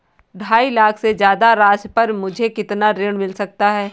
ढाई लाख से ज्यादा राशि पर मुझे कितना ऋण मिल सकता है?